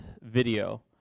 video